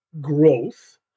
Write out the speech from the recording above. growth